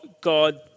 God